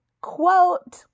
quote